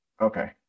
Okay